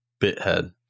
Bithead